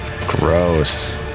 Gross